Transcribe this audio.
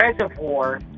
reservoir